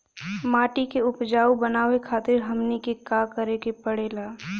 माटी के उपजाऊ बनावे खातिर हमनी के का करें के पढ़ेला?